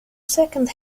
second